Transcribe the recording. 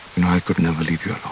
know i could never leave you.